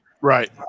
Right